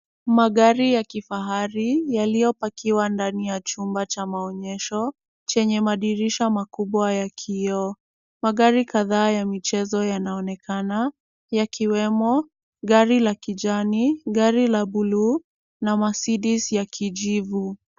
Magari ya kifahali yaliyopackiwa ndani ya chumba cha maonyesho chenye madirisha makubwa ya kioo. Magari kadhaa ya michezo yanaonekana yakiwemo gari la kijani, gari la buluu na Mercedes ya kijivu.